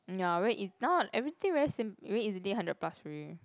mm ya very e~ now everything very sim~ very easily hundred plus already